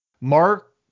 Mark